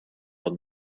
old